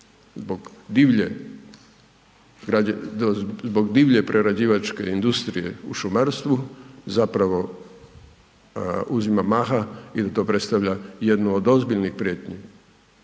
zbog divlje prerađivačke industrije u šumarstvu zapravo uzima maha i da to predstavlja jednu od ozbiljnih prijetnji,